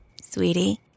Sweetie